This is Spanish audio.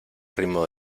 ritmo